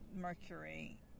Mercury